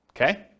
Okay